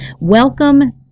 welcome